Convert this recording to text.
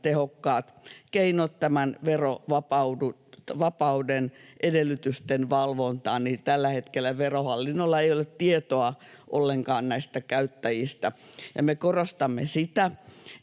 tehokkaat keinot tämän verovapauden edellytysten valvontaan, ja tällä hetkellä Verohallinnolla ei ole ollenkaan tietoa näistä käyttäjistä. Me korostamme sitä,